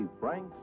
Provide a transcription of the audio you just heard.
Frank